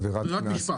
עבירת קנס?